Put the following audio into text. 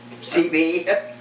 CB